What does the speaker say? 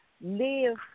live